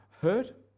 hurt